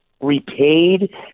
repaid